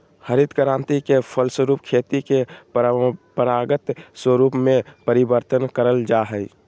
हरित क्रान्ति के फलस्वरूप खेती के परम्परागत स्वरूप में परिवर्तन करल जा हइ